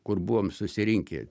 kur buvom susirinkę